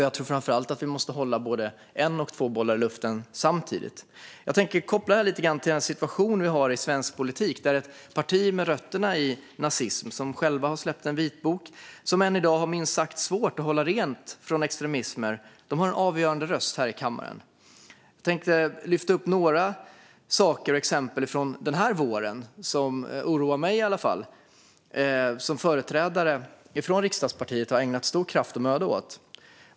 Jag tror framför allt att vi måste hålla både en och två bollar i luften samtidigt. Jag tänkte koppla det lite grann till den situation vi har i svensk politik. Vi har ett parti med rötterna i nazism som självt har släppt en vitbok. Det har än i dag minst sagt svårt att hålla rent från extremister. Det har en avgörande röst här i kammaren. Jag tänkte lyfta upp några saker och exempel från den här våren som oroar i varje fall mig och som företrädare för riksdagspartiet har ägnat stor kraft och möda åt.